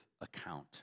account